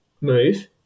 move